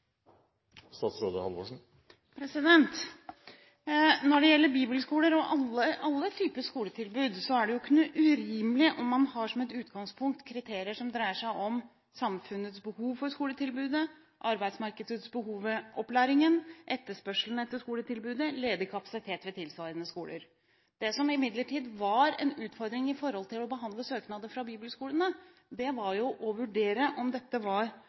det ikke urimelig at man har som utgangspunkt kriterier som dreier seg om samfunnets behov for skoletilbudet, arbeidsmarkedets behov for opplæringen, etterspørselen etter skoletilbudet og ledig kapasitet ved tilsvarende skoler. Det som imidlertid var en utfordring i behandlingen av søknader fra bibelskolene, var å vurdere om dette var